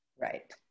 Right